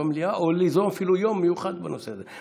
או ליזום אפילו יום מיוחד בנושא הזה.